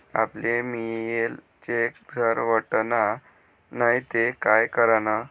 आपले मियेल चेक जर वटना नै ते काय करानं?